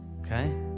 Okay